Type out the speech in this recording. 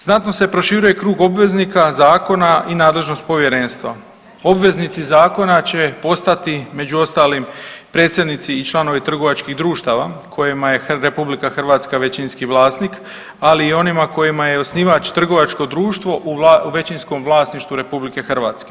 Znatno se proširuje krug obveznika zakona i nadležnost Povjerenstva, obveznici zakona će postati među ostalim predsjednici i članovi trgovačkih društava kojima je RH većinski vlasnik, ali i onima kojima je osnivač trgovačko društvu u većinskom vlasništvu RH.